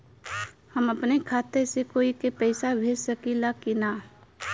हम अपने खाता से कोई के पैसा भेज सकी ला की ना?